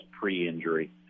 pre-injury